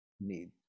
need